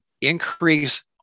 increase